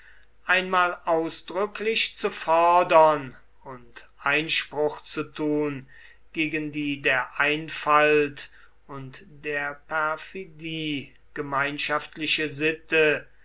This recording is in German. einmal ausdrücklich zu fordern und einspruch zu tun gegen die der einfalt und der perfidie gemeinschaftliche sitte